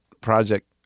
project